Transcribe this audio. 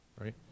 right